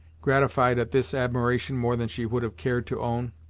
gratified at this admiration more than she would have cared to own.